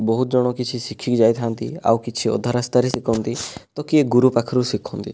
ବହୁତ ଜଣ କିଛି ଶିଖିକି ଯାଇଥାନ୍ତି ଆଉ କିଛି ଅଧା ରାସ୍ତାରେ ଶିଖନ୍ତି ତ କିଏ ଗୁରୁ ପାଖରୁ ଶିଖନ୍ତି